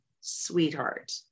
sweetheart